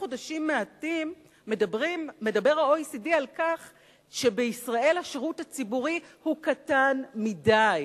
מדבר על כך שבישראל השירות הציבורי הוא קטן מדי,